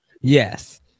yes